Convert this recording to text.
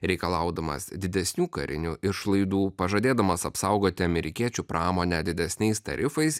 reikalaudamas didesnių karinių išlaidų pažadėdamas apsaugoti amerikiečių pramonę didesniais tarifais